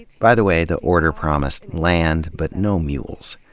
by the way, the order promised land but no mules.